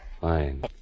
Fine